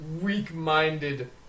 weak-minded